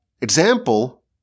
example